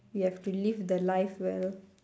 you have to live the life well